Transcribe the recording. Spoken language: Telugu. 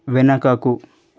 వెనుకకు